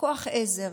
כוח עזר,